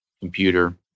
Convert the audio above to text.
computer